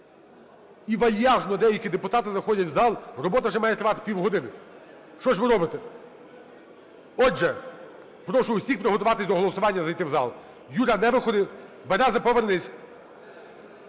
І вальяжно деякі депутати заходять у зал. Робота вже має тривати півгодини. Що ж ви робите? Отже, прошу всіх приготуватись до голосування, зайти в зал. Юра, не виходь, Береза, повернись.